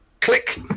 Click